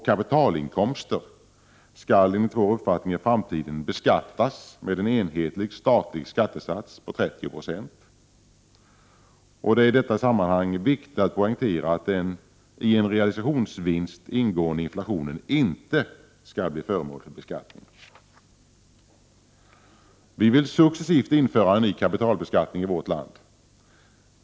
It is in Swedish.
kapitalinkomster skall enligt vår uppfattning i framtiden beskattas med en enhetlig statlig skattesats på 30 Jo. Det är i detta sammanhang viktigt att poängtera att den i en realisationsvinst ingående inflationen inte skall bli föremål för beskattning. Vi vill successivt införa en ny kapitalbeskattning i vårt land.